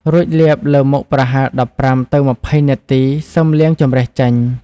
រួចលាបលើមុខប្រហែល ១៥ ទៅ ២០ នាទី សឹមលាងជម្រះចេញ។